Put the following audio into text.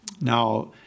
Now